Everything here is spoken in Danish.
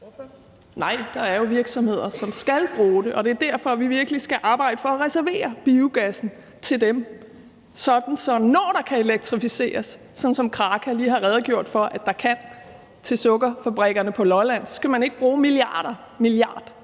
(RV) : Nej, der er jo virksomheder, som skal bruge den, og det er derfor, vi virkelig skal arbejde for at reservere biogassen til dem, sådan at man, når der kan elektrificeres – som Kraka lige har redegjort for at der kan i forhold til sukkerfabrikkerne på Lolland – ikke skal bruge en milliard